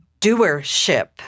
doership